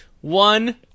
one